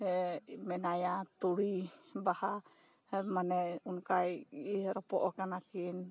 ᱦᱮᱸ ᱢᱮᱱᱟᱭᱟ ᱛᱩᱲᱤ ᱵᱟᱦᱟ ᱢᱟᱱᱮ ᱚᱱᱠᱟᱭ ᱨᱚᱯᱚᱜ ᱠᱟᱱᱟ ᱠᱤᱱ